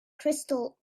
crystal